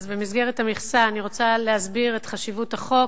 אז במסגרת המכסה אני רוצה להסביר את חשיבות החוק.